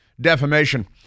defamation